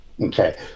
okay